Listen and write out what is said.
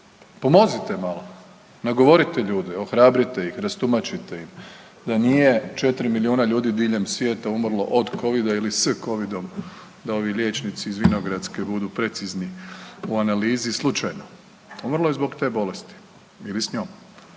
pomozite malo, nagovorite ljude, ohrabrite ih, rastumačite im da nije 4 milijuna ljudi diljem svijeta umrlo od covida ili s covidom, da ovi liječnici iz Vinogradske budu precizni u analizi slučajno umrlo je zbog te bolesti ili s njom,